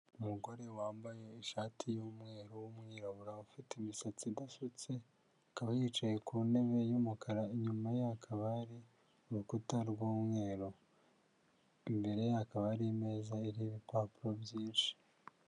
Umugore wambaye ishati y'umweru w'umwirabura ufite imisatsi idasutse, akaba yicaye ku ntebe y'umukara, inyuma ye hakaba hari urukuta r'wumweru, imbere ye hakaba hari imeza iriho ibipapuro byinshi.